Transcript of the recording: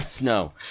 no